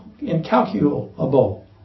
incalculable